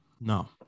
No